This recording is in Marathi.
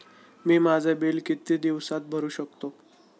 मी माझे बिल किती दिवसांत भरू शकतो?